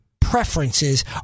preferences